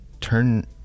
turn